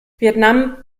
vietnam